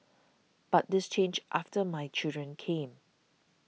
but this changed after my children came